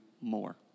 more